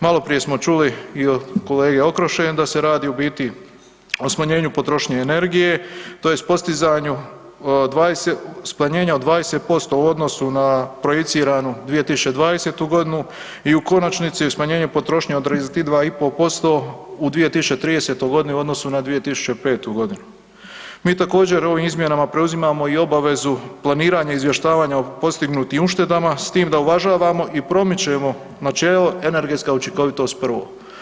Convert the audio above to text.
Maloprije smo čuli i od kolege Okroše da se radi u biti o smanjenju potrošnje energije, tj. postizanju smanjenja od 20% u odnosu na projiciranu 2020.g. i u konačnici u smanjenju potrošnje od 32,5% u 2030.g. u odnosu na 2005.g. Mi također ovim izmjenama preuzimamo i obavezu planiranja izvještavanja o postignutim uštedama, s tim da uvažavamo i promičemo načelo energetska učinkovitost prvo.